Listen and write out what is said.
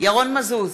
ירון מזוז,